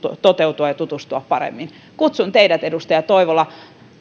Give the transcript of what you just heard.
toteutua paremmin kutsun teidät edustaja toivola